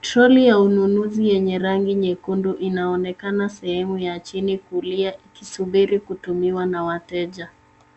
Troli ya ununuzi yenye rangi nyekundu inaonekana sehemu ya chini kulia ikisubiri kutumiwa na wateja.